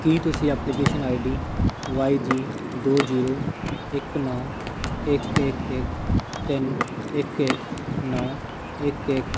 ਕੀ ਤੁਸੀਂ application ID Y G ਦੋ zero ਇੱਕ ਨੌਂ ਇੱਕ ਇੱਕ ਇੱਕ ਤਿੰਨ ਇੱਕ ਇੱਕ ਨੌਂ ਇੱਕ ਇੱਕ